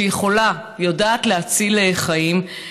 שיכולה ויודעת להציל חיים,